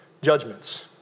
judgments